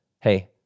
hey